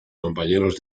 compañeros